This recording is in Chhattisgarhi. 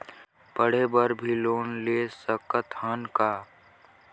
पढ़े बर भी लोन ले सकत हन का?